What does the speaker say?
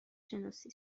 شناسی